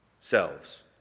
selves